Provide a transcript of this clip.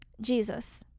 Jesus